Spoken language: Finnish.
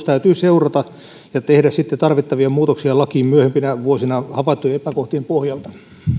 täytyy seurata ja tehdä sitten tarvittavia muutoksia lakiin myöhempinä vuosina havaittujen epäkohtien pohjalta